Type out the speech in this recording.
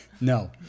No